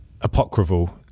apocryphal